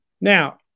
Now